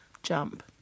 Jump